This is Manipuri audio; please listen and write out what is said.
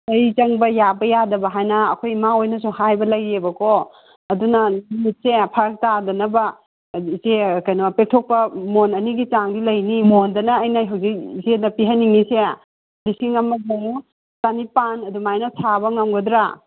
ꯑꯩ ꯆꯪꯕ ꯌꯥꯕ ꯌꯥꯗꯕ ꯍꯥꯏꯅ ꯑꯩꯈꯣꯏ ꯏꯃꯥ ꯍꯣꯏꯅꯁꯨ ꯍꯥꯏꯕ ꯂꯩꯌꯦꯕꯀꯣ ꯑꯗꯨꯅ ꯅꯨꯃꯤꯠꯁꯦ ꯐꯔꯛ ꯇꯥꯗꯅꯕ ꯏꯆꯦ ꯀꯩꯅꯣ ꯄꯦꯛꯊꯣꯛꯄ ꯃꯣꯟ ꯑꯅꯤꯒꯤ ꯆꯥꯡꯗꯤ ꯂꯩꯅꯤ ꯃꯣꯟꯗꯅ ꯑꯩꯅ ꯍꯧꯖꯤꯛ ꯏꯆꯦꯗ ꯄꯤꯍꯟꯅꯤꯡꯉꯤꯁꯦ ꯂꯤꯁꯤꯡ ꯑꯃꯒ ꯆꯅꯤꯄꯥꯟ ꯑꯗꯨꯃꯥꯏꯅ ꯁꯥꯕ ꯉꯝꯒꯗ꯭ꯔꯥ